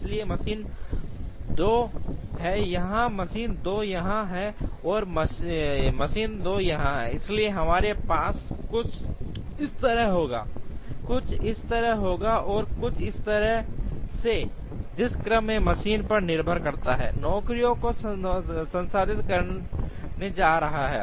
इसलिए मशीन 2 है यहाँ मशीन 2 यहाँ है और मशीन 2 यहाँ है इसलिए हमारे पास कुछ इस तरह होगा कुछ इस तरह से और कुछ इस तरह से जिस क्रम में मशीन पर निर्भर करता है नौकरियों को संसाधित करने जा रहा है